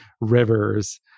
rivers